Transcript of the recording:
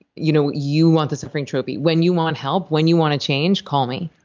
you know you want the suffering trophy. when you want help, when you want a change, call me.